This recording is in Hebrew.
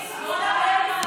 תמיד תסתכל שמאלה.